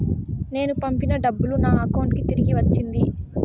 నేను పంపిన డబ్బులు నా అకౌంటు కి తిరిగి వచ్చింది